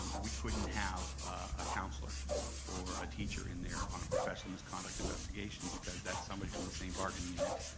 um but we couldn't have ah counselor or a teacher in there on a professional misconduct investigation, because that's somebody from the same bargaining unit.